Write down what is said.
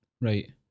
Right